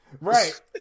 Right